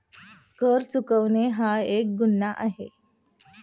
कर चुकवणे हा एक गुन्हा आहे